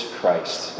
Christ